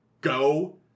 go